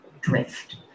drift